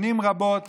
שנים רבות